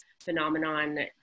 phenomenon